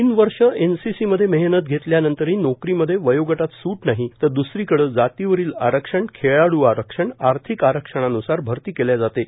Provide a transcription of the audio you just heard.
तीन वर्षे एनसीसीमध्ये मेहनत घेतल्यानंतरही नोकरीमध्ये वयोगटात सूट नाही तर द्रसरीकडे जातीवरील आरक्षण खेळाडू आरक्षण आर्थिक आरक्षणानुसार अरती केल्या जाते